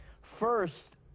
First